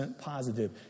positive